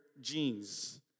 jeans